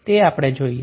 તે આપણે જોઈએ